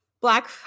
black